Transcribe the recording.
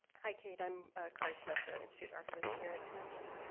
hi kate, i'm cory smith, the institute archivist here at mit.